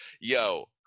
yo